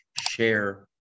share